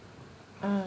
uh